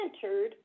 centered